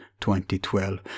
2012